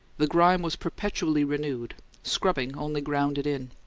the grime was perpetually renewed scrubbing only ground it in.